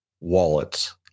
wallets